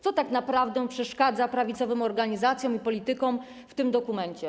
Co tak naprawdę przeszkadza prawicowym organizacjom i politykom w tym dokumencie?